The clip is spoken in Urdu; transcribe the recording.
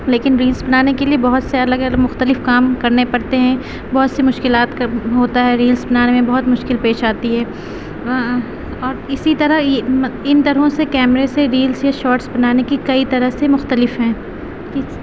لیکن ریلز بنانے کے لیے بہت سے الگ الگ مختلف کام کرنے پڑتے ہیں بہت سے مشکلات کا ہوتا ریلز بنانے میں بہت مشکل پیش آتی ہے اور اسی طرح یہ ان طرحوں سے کیمرے سے ریلس یا شارٹس بنانے کی کئی طرح سے مختلف ہیں